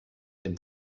dem